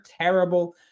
terrible